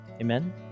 Amen